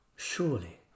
surely